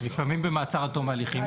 לפעמים במעצר עד תום ההליכים,